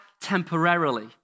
temporarily